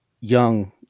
young